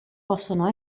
possono